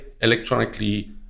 electronically